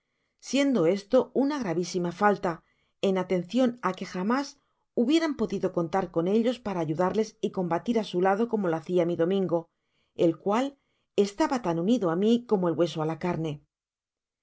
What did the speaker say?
siendo esto una gravisima falta en atencion á que jamas hubieran podido contar con ellos para ayudarles y combatir ásu lado como lo hacia mi domingo el cual estaba tan unido á mi como el hueso á la carne